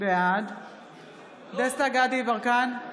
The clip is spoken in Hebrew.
בעד דסטה גדי יברקן,